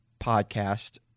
podcast